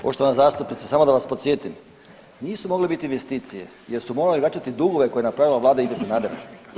Poštovana zastupnice, samo da vas podsjetim nisu mogle bit investicije jer su morali vraćati dugove koje je napravila Vlada Ive Sanadera.